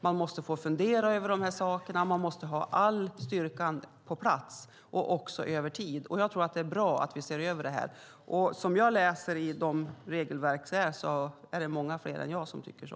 Man måste få fundera över de här sakerna, och man måste ha all styrka på plats också över tid. Därför tror jag att det är bra att vi ser över det här, och som jag läser i de regelverk som finns är det många fler än jag som tycker så.